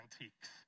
antiques